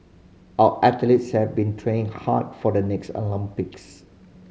our athletes have been train hard for the next Olympics